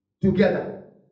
Together